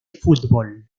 fútbol